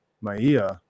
Maia